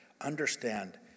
understand